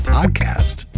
Podcast